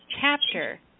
chapter